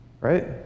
right